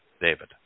David